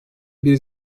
bir